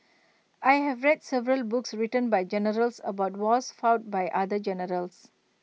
I have read several books written by generals about wars fought by other generals